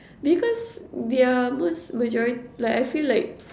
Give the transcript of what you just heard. because they're most majori~ like I feel like